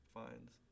finds